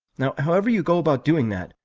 however you go about doing that,